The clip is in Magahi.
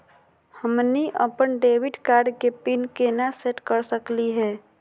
हमनी अपन डेबिट कार्ड के पीन केना सेट कर सकली हे?